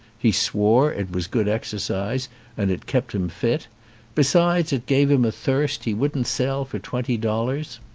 he swore it was good exercise and it kept him fit besides, it gave him a thirst he wouldn't sell for twenty dollars,